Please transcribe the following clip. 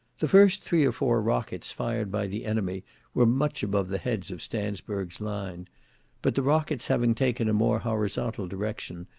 the first three or four rockets fired by the enemy were much above the heads of stansburg's line but the rockets having taken a more horizontal direction,